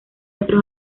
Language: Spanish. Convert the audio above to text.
otros